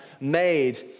made